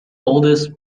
oldest